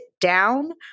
down